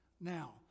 now